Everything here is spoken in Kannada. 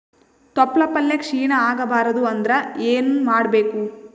ತೊಪ್ಲಪಲ್ಯ ಕ್ಷೀಣ ಆಗಬಾರದು ಅಂದ್ರ ಏನ ಮಾಡಬೇಕು?